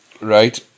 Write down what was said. Right